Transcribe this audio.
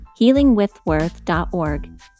healingwithworth.org